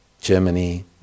Germany